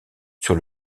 sur